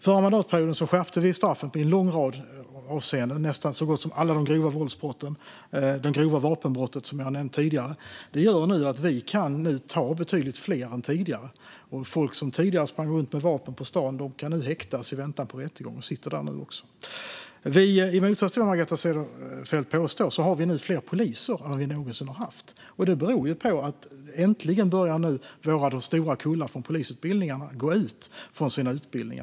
Förra mandatperioden skärpte vi straffen i en lång rad avseenden. Det gällde så gott som alla de grova våldsbrotten och det grova vapenbrottet, som jag har nämnt tidigare. Detta gör att vi nu kan ta betydligt fler än tidigare. Folk som tidigare sprang runt med vapen på stan kan nu häktas i väntan på rättegång och sitter nu också där. I motsats till vad Margareta Cederfelt påstår har vi nu fler poliser än vi någonsin har haft. Det beror på att de stora kullarna från polisutbildningarna äntligen börjar gå ut.